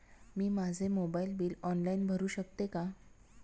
मी माझे mobile bill online भरू शकते का?